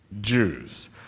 Jews